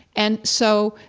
and so,